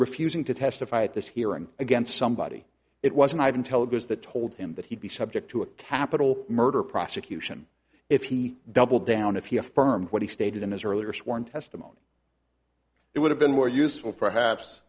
refusing to testify at this hearing against somebody it wasn't until it was that told him that he'd be subject to a capital murder prosecution if he doubled down if he affirmed what he stated in his earlier sworn testimony it would have been more useful perhaps